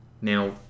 Now